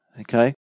Okay